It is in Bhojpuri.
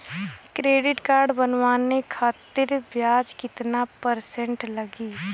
क्रेडिट कार्ड बनवाने खातिर ब्याज कितना परसेंट लगी?